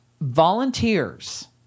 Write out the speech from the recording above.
volunteers